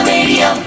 Radio